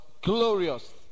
glorious